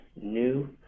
new